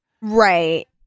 Right